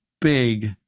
big